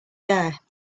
there